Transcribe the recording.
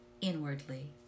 Inwardly